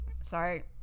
sorry